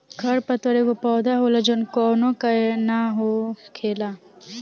खर पतवार एगो पौधा होला जवन कौनो का के न हो खेला